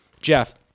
Jeff